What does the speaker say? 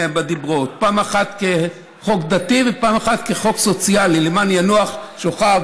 פעם אחת כחוק דתי ופעם אחת כחוק סוציאלי: למען ינוח שורך,